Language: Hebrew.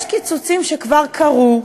יש קיצוצים שכבר קרו.